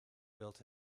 built